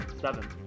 Seven